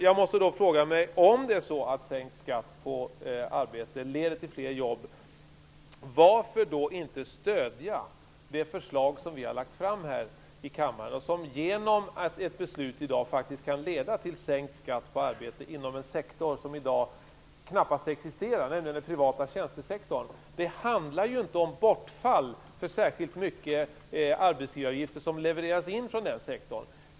Jag måste då fråga: Om det är så att sänkt skatt på arbete leder till fler jobb, varför då inte stödja det förslag som vi har lagt fram i kammaren och som genom ett beslut i dag faktiskt kan leda till sänkt skatt på arbete inom en sektor som knappast existerar, nämligen den privata tjänstesektorn? Det handlar ju inte om bortfall av särskilt mycket i arbetsgivaravgifter som levereras in från den sektorn.